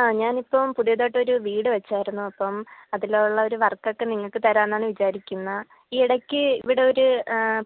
ആ ഞാനിപ്പം പുതിയതായിട്ടൊരു വീടുവെച്ചായിരുന്നു അപ്പം അതിലുള്ളൊരു വർക്കൊക്കെ നിങ്ങൾക്ക് തരാന്നാണ് വിചാരിക്കുന്നെ ഈയിടക്ക് ഇവിടൊരു